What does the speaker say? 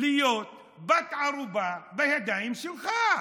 להיות בת ערובה בידיים שלך?